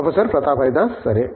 professor Pratap Haridas సరే